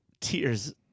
tears